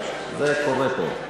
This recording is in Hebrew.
זה קורה פה.